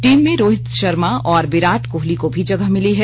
team में रोहित शर्मा और विराट कोहली को भी जगह मिली है